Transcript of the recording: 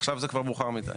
עכשיו זה כבר מאוחר מידי.